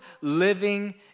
living